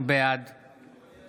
בעד